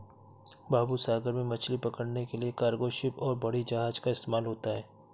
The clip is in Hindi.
बाबू सागर में मछली पकड़ने के लिए कार्गो शिप और बड़ी जहाज़ का इस्तेमाल होता है